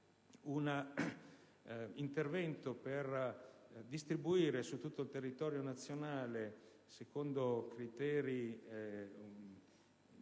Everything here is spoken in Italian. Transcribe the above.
un intervento per distribuire su tutto il territorio nazionale, secondo criteri